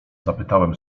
zapytałem